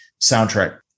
soundtrack